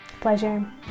Pleasure